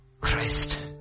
Christ